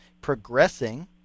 progressing